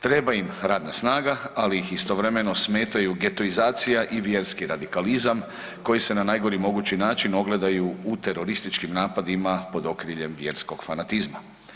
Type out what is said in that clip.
Treba im radna snaga ali ih istovremeno smetaju getoizacija i vjerski radikalizam koji se na najgori mogući način ogledaju u terorističkim napadima pod okriljem vjerskog fanatizma.